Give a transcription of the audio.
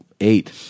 eight